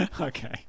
Okay